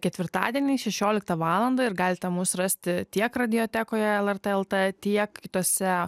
ketvirtadieniais šešioliktą valandą ir galite mus rasti tiek radiotekoje lrt lt tiek kitose